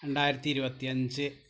രണ്ടായിരത്തി ഇരുപത്തിയഞ്ച്